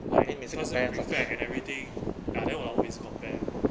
对她是 prefect and everything ya then 我的老婆每次 compare